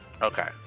Okay